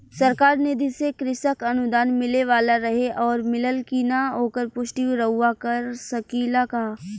सरकार निधि से कृषक अनुदान मिले वाला रहे और मिलल कि ना ओकर पुष्टि रउवा कर सकी ला का?